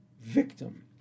victim